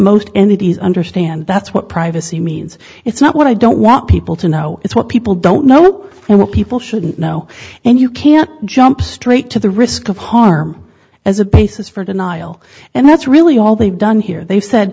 anybody's understand that's what privacy means it's not what i don't want people to know it's what people don't know and what people shouldn't know and you can't jump straight to the risk of harm as a basis for denial and that's really all they've done here they've said